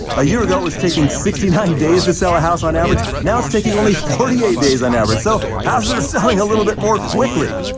a year ago, it was taking sixty nine days to sell a house on average, now it's taking only forty eight days on average. so houses are selling a little bit more quickly.